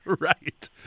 right